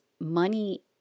money